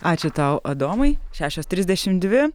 ačiū tau adomai šešios trisdešimt dvi